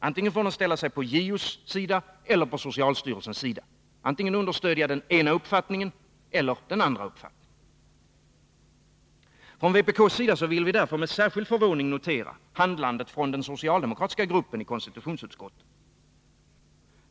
Antingen får den ställa sig på JO:s sida eller på socialstyrelsens sida — understödja antingen den ena eller den andra uppfattningen. Från vpk:s sida vill vi med särskild förvåning notera handlandet från den socialdemokratiska gruppen i konstitutionsutskottet.